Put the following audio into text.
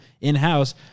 in-house